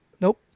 Nope